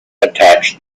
attached